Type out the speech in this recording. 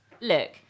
look